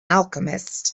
alchemist